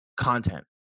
content